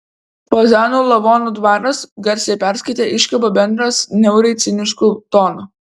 fazanų lavonų dvaras garsiai perskaitė iškabą brendas niauriai cinišku tonu